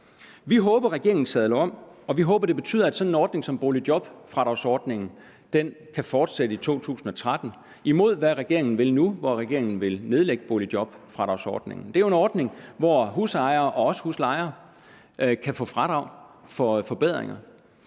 Vi håber, regeringen sadler om, og vi håber, det betyder, at sådan en ordning som boligjobfradragsordningen kan fortsætte i 2013, i modsætning til, hvad regeringen vil nu, hvor den vil nedlægge boligjobfradragsordningen. Det er jo en ordning, hvor husejere og -lejere kan få fradrag for forbedringer.